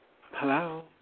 Hello